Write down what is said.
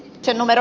sen amer